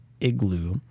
igloo